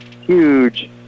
Huge